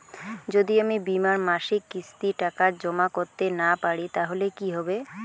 যদি আমি বীমার মাসিক কিস্তির টাকা জমা করতে না পারি তাহলে কি হবে?